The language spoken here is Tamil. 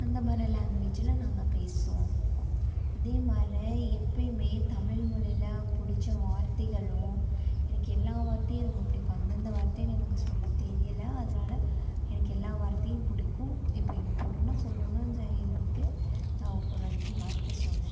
இந்த மாதிரி லேங்வேஜ்ஜில் நாங்கள் பேசுவோம் அதே மாதிரி எப்பேவுமே தமிழ் மொழியில் பிடிச்ச வார்த்தைகளும் வந்து எனக்கு எல்லா வார்த்தையும் ரொம்ப பிடிக்கும் அந்தந்த வார்த்தை எனக்கு சொல்ல தெரியலை அதனால் எனக்கு எல்லா வார்த்தையும் பிடிக்கும் இப்போ இம்பார்ட்டனாக சொல்லணுனா இதுக்கு நான் ஒரு அஞ்சு வார்த்தை சொன்னேன்